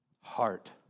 heart